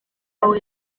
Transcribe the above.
aho